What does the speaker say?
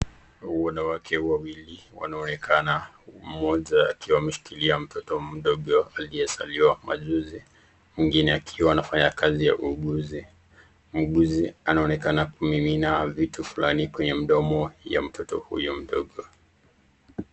Wanawake wawili wanaonekana mmoja akiwa ameshikilia mtoto mdogo aliyezaliwa majuzi mwingine akiwa anafanya kazi ya uuguzi. Muuguzi anaonekana kumimina vitu fulani kwenye mdomo ya mtoto huyo mdogo.